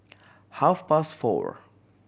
half past four